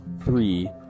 three